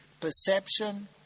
perception